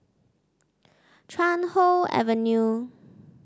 Chuan Hoe Avenue